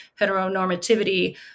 heteronormativity